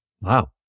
Wow